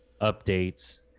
Updates